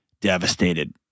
devastated